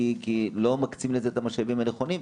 כי לא מקצים לזה את המשאבים הנכונים,